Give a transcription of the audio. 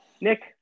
Nick